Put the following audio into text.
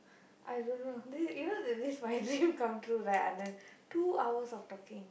I don't know this is you know that this my dream come true right Anand two hours of talking